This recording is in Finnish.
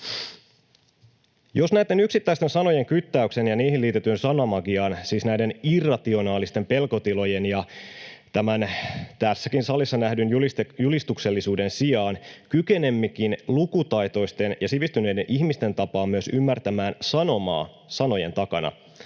Jos näitten yksittäisten sanojen kyttäyksen ja niihin liitetyn sanamagian, siis näiden irrationaalisten pelkotilojen ja tässäkin salissa nähdyn julistuksellisuuden, sijaan kykenemmekin lukutaitoisten ja sivistyneiden ihmisten tapaan myös ymmärtämään sanomaa sanojen takana,